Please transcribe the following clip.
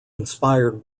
inspired